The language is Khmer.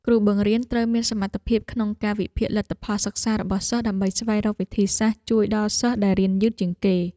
គ្រូបង្រៀនត្រូវមានសមត្ថភាពក្នុងការវិភាគលទ្ធផលសិក្សារបស់សិស្សដើម្បីស្វែងរកវិធីសាស្ត្រជួយដល់សិស្សដែលរៀនយឺតជាងគេ។